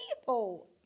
people